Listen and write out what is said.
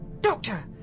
Doctor